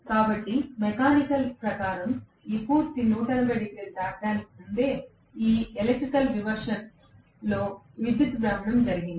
కాబట్టి మెకానికల్ ప్రకారం పూర్తి 180 డిగ్రీలు దాటడానికి ముందే ఈ ఎలక్ట్రికల్ రివర్షన్లో విద్యుత్ భ్రమణం జరిగింది